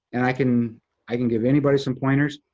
and i can i can give anybody some pointers.